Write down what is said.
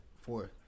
fourth